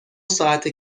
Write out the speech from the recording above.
ساعته